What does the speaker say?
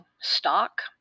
stock